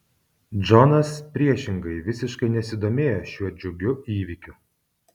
džonas priešingai visiškai nesidomėjo šiuo džiugiu įvykiu